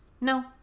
No